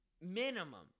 minimum